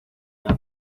ama